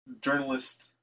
journalist